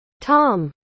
Tom